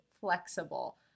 flexible